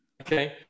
okay